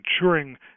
ensuring